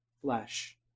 flesh